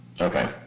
Okay